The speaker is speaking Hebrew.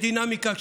דינמיקה.